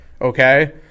Okay